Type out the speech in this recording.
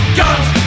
guns